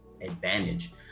advantage